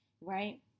right